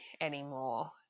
anymore